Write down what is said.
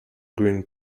green